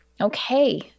Okay